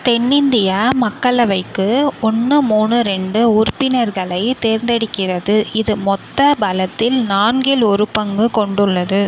தென்னிந்தியா மக்களவைக்கு ஒன்று மூணு ரெண்டு உறுப்பினர்களை தேர்ந்தெடுக்கிறது இது மொத்த பலத்தில் நான்கில் ஒரு பங்கு கொண்டுள்ளது